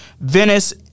Venice